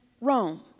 Rome